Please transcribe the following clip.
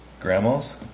Grandmas